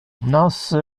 nos